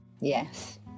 Yes